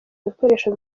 bikoresho